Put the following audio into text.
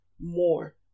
more